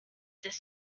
this